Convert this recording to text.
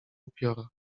upiora